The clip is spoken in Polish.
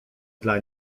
dla